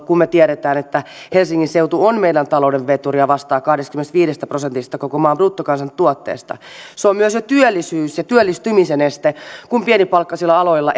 kun me tiedämme että helsingin seutu on meidän talouden veturi ja vastaa kahdestakymmenestäviidestä prosentista koko maan bruttokansantuotteesta se on myös jo työllisyyden ja työllistymisen este kun pienipalkkaisilla aloilla